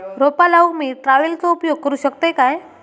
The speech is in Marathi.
रोपा लाऊक मी ट्रावेलचो उपयोग करू शकतय काय?